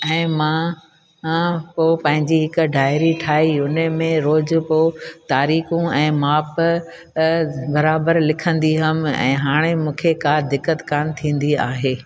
ऐं मां हा पोइ पंहिंजी हिकु डायरी ठाही उन में रोज़ु जेको तारीख़ू ऐं माप बराबरि लिखंदी हुअमि ऐं हाणे मूंखे का दिक़त कोन थींदी आहे